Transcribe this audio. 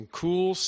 cool